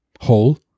whole